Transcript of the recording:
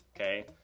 okay